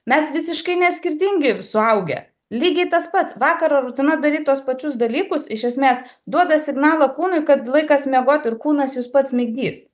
mes visiškai ne skirtingi ir suaugę lygiai tas pats vakaro rutina daryt tuos pačius dalykus iš esmės duoda signalą kūnui kad laikas miegot ir kūnas jus pats migdys